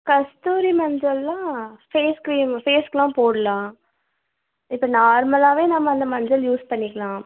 கஸ்தூரி மஞ்சளெலாம் face cream ஃபேஸ்க்கெலாம் போடலாம் இப்போ நார்மலாகவே நம்ம அந்த மஞ்சள் யூஸ் பண்ணிக்கலாம்